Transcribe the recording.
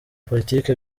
politike